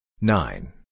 nine